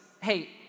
hey